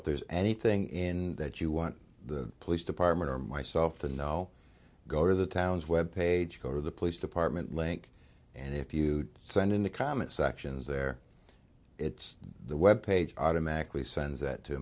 if there's anything in that you want the police department or myself to know go to the town's web page go to the police department link and if you send in the comment sections there it's the web page automatically sends it to